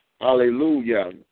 Hallelujah